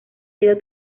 sido